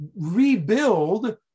rebuild